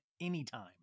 anytime